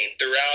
throughout